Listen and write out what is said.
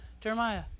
Jeremiah